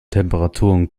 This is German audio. temperaturen